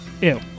ew